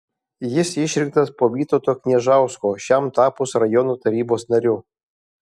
jis išrinktas po vytauto kniežausko šiam tapus rajono tarybos nariu